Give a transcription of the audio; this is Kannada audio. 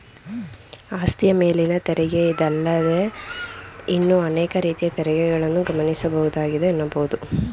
ಆಸ್ತಿಯ ಮೇಲಿನ ತೆರಿಗೆ ಇದಲ್ಲದೇ ಇನ್ನೂ ಅನೇಕ ರೀತಿಯ ತೆರಿಗೆಗಳನ್ನ ಗಮನಿಸಬಹುದಾಗಿದೆ ಎನ್ನಬಹುದು